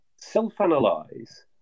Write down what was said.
self-analyze